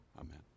Amen